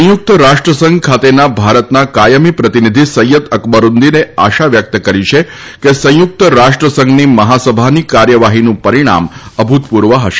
સંયુક્ત રાષ્ટ્રસંઘ ખાતેના ભારતના કાયમી પ્રતિનિધિ સૈયદ અકબરૂદીને આશા વ્યક્ત કરી છે કે સંયુક્ત રાષ્ટ્રસંઘની મહાસભાની કાર્યવાહીનું પરિણામ અભુતપૂર્વ હશે